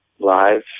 live